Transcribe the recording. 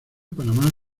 panamá